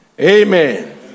Amen